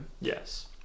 yes